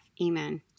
Amen